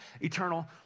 eternal